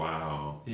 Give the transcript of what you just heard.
Wow